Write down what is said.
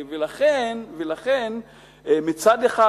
ולכן מצד אחד,